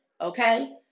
okay